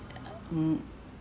mm